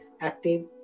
active